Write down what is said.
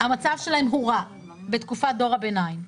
המצב שלהן הורע בתקופת דור הביניים.